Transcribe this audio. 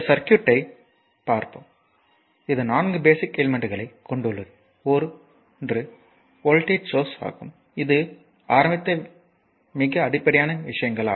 இந்த சர்க்யூட்யைப் பாருங்கள் இது நான்கு பேசிக் எலிமெண்ட்களைக் கொண்டுள்ளது ஒன்று வோல்ட்டேஜ் சோர்ஸ் ஆகும் இது நாம் ஆரம்பித்த மிக அடிப்படையான விஷயங்கள்